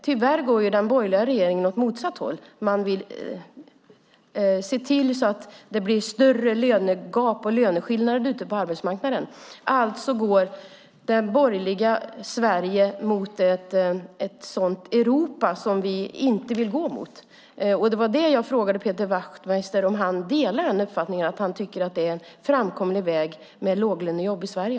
Tyvärr går den borgerliga regeringen åt motsatt håll. Man vill se till så att det blir större löneskillnader ute på arbetsmarknaden. Alltså går det borgerliga Sverige mot ett sådant Europa som vi inte vill gå mot. Det var det jag frågade Peder Wachtmeister om, alltså om han delar den uppfattningen och tycker att det är en framkomlig väg med låglönejobb i Sverige.